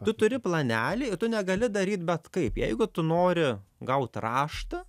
tu turi planelį i tu negali daryt bet kaip jeigu tu nori gaut raštą